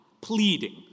pleading